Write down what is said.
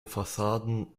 fassaden